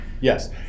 yes